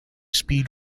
speed